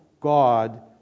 God